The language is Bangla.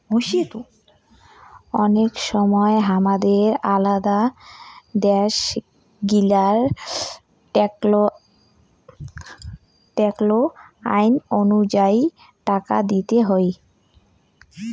অনেক সময় হামাদের আলাদা দ্যাশ গিলার ট্যাক্স আইন অনুযায়ী টাকা দিতে হউ